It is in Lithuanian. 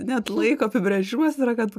net laiko apibrėžimas yra kad